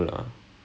okay